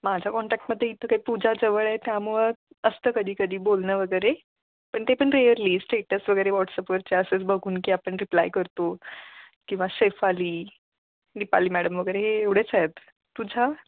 माझ्या कॉन्टॅक्टमध्ये इथं काय पूजा जवळ आहे त्यामुळं असतं कधी कधी बोलणं वगैरे पण ते पण रेअरली स्टेटस वगैरे वॉट्सअपवरचे असेच बघून की आपण रिप्लाय करतो किंवा शेफाली दिपाली मॅडम वगैरे हे एवढेच आहे तुझ्या